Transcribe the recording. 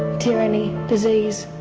tyranny, disease,